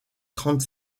trente